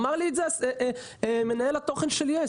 אמר לי את זה מנהל התוכן של יס.